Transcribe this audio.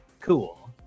cool